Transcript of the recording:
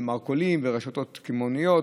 במרכולים וברשתות קמעוניות,